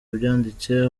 yabyanditse